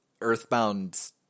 Earthbound